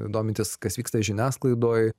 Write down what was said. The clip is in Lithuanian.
domintis kas vyksta žiniasklaidoj